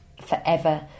forever